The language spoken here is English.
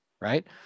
right